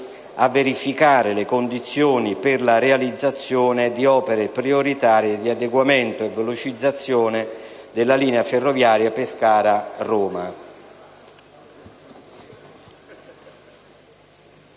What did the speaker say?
a verificare le condizioni per la realizzazione di opere prioritarie di adeguamento e velocizzazione della linea ferroviaria Pescara-Roma».